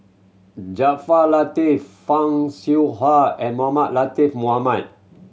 Jaafar Latiff Fan Shao Hua and Mohamed Latiff Mohamed